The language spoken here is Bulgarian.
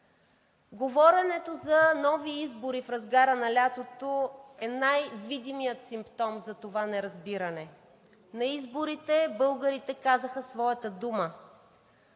Говоренето за нови избори в разгара на лятото е най-видимият симптом за това неразбиране. На изборите българите казаха своята дума,